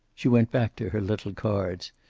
she went back to her little cards,